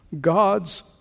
God's